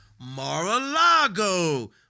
Mar-a-Lago